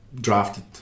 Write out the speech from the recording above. drafted